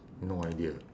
no idea